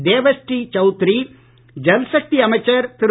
தேவஸ்ரீ சவுத்ரி ஜல்சக்தி அமைச்சர் திரு